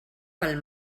pel